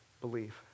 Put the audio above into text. believe